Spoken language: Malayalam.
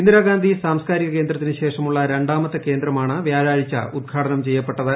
ഇന്ദിരാഗാന്ധി സാംസ്കിരക കേന്ദ്രത്തിന് ശേഷമുള്ള രണ്ടാമത്തെ കേന്ദ്രമാണ് വ്യാഴാഴ്ച ഉദ്ഘാടനം ചെയ്യപ്പെട്ടത്